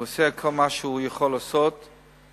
הוא עושה כל מה שהוא יכול לעשות בנושא,